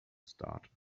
start